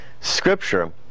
scripture